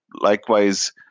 likewise